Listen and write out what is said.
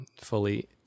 fully